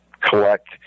collect